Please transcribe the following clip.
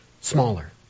smaller